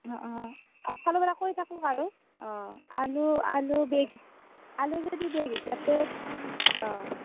অঁ অঁ একফালৰ পৰা কৈ থাকক আৰু অঁ আলু আলু বেগ আলু যদি বেগ হিচাপে অঁ